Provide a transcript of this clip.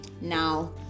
Now